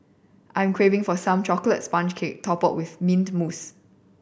I'm craving for some chocolate sponge cake topped with mint mousse